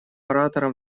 оратором